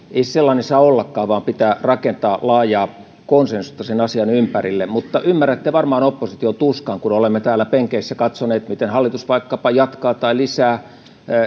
sellainen saa ollakaan vaan pitää rakentaa laajaa konsensusta sen asian ympärille mutta ymmärrätte varmaan opposition tuskan kun olemme täällä penkeissä katsoneet miten hallitus vaikkapa jatkaa tai lisää